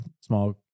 small